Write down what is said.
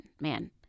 Man